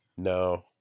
No